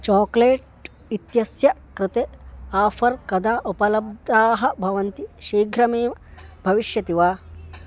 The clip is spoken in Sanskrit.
चोक्लेट् इत्यस्य कृते आफ़र् कदा उपलब्धाः भवन्ति शीघ्रमेव भविष्यति वा